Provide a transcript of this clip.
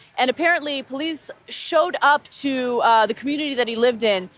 and apparently police showed up to the community that he lived in,